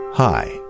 Hi